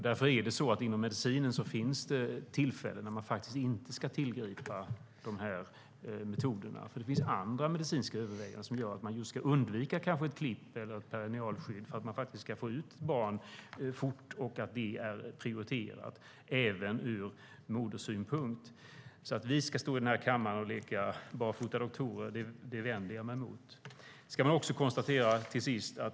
Därför finns det inom medicinen tillfällen då man inte ska tillgripa olika metoder. Det kan finnas andra medicinska överväganden som gör att man kanske just ska undvika klipp eller perinealskydd för att få ut barnet fort, och det är då prioriterat även ur moderns synpunkt. Att vi här i kammaren ska leka barfotadoktorer vänder jag mig mot.